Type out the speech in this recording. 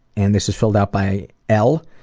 and this is filled out by l.